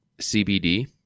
CBD